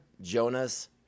Jonas